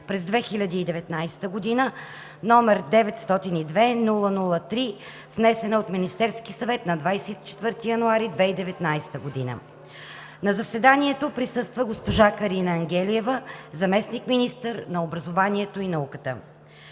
през 2019 г., № 902-00-3, внесена от Министерския съвет на 24 януари 2019 г. На заседанието присъства госпожа Карина Ангелиева – заместник-министър на образованието и науката.